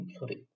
sorry